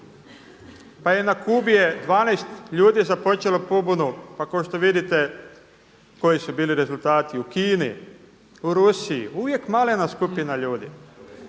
Pa i na Kubi je 12 ljudi započelo pobunu, pa kao što vidite koji su bili rezultati u Kini, u Rusiji. Uvijek malena skupina ljudi.